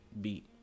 beat